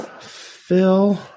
phil